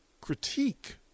critique